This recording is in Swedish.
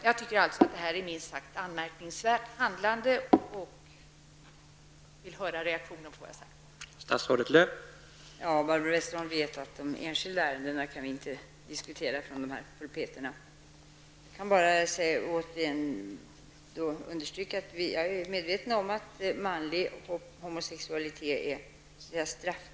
Jag tycker alltså att detta handlande är minst sagt anmärkningsvärt, och jag vill höra statsrådets reaktion på det som jag har sagt.